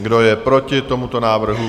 Kdo je proti tomuto návrhu?